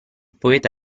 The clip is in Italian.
poeta